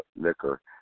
liquor